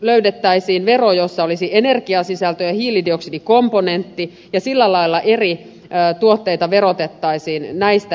löydettäisiin vero jossa olisi energiasisältö ja hiilidioksidikomponentti ja sillä lailla eri tuotteita verotettaisiin näistä näkökulmista